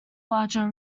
larger